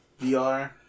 VR